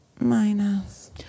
Minus